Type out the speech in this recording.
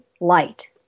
light